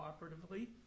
cooperatively